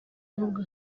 nubwo